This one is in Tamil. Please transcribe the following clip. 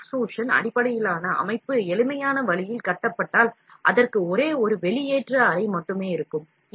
ஒரு எக்ஸ்ட்ரூஷன் அடிப்படையிலான அமைப்பு எளிமையான வழியில் கட்டப்பட்டால் அதற்கு ஒரே ஒரு வெளியேற்ற அறை மட்டுமே இருக்கும்